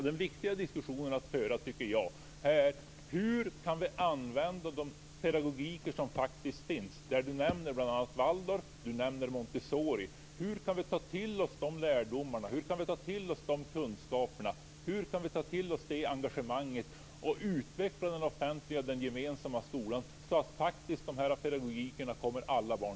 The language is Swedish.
Herr talman! Den diskussion jag tycker är viktig att föra är hur vi kan använda den pedagogik som faktiskt finns. Ulf Nilsson nämner bl.a. Waldorf och Montessori. Hur kan vi ta till oss de lärdomarna, kunskaperna och engagemanget och utveckla den gemensamma skolan så att denna pedagogik gagnar alla barn?